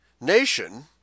nation